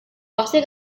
pasti